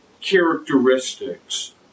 characteristics